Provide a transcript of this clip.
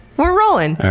we're rolling.